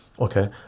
Okay